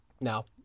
no